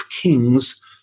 kings